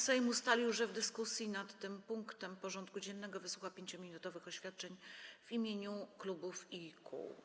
Sejm ustalił, że w dyskusji nad tym punktem porządku dziennego wysłucha 5-minutowych oświadczeń w imieniu klubów i kół.